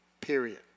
period